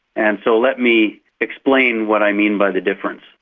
and so let me explain what i mean by the difference.